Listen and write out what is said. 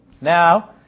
Now